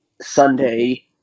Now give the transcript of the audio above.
Sunday